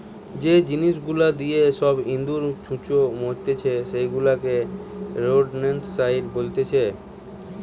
যে জিনিস গুলা দিয়ে সব ইঁদুর, ছুঁচো মারতিছে সেগুলাকে রোডেন্টসাইড বলতিছে